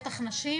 בטח נשים,